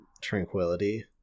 tranquility